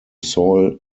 soil